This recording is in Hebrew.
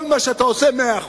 כל מה שאתה עושה זה מאה אחוז.